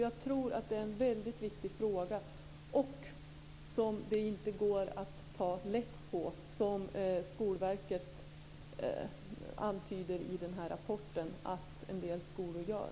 Jag tror att det är en väldigt viktig fråga, som det inte går att ta lätt på, som Skolverket i sin rapport antyder att en del skolor gör.